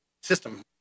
system